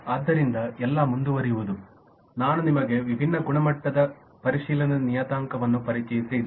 ಆದ್ದರಿಂದ ಎಲ್ಲಾ ಮುಂದುವರಿಯುವುದು ನಾನು ನಿಮಗೆ ವಿಭಿನ್ನ ಗುಣಮಟ್ಟದ ಪರಿಶೀಲನೆ ನಿಯತಾಂಕವನ್ನು ಪರಿಚಯಿಸಿದೆ